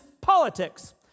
politics